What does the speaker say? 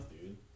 Dude